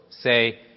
say